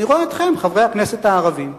אני רואה אתכם, חברי הכנסת הערבים,